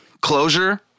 Closure